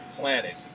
planet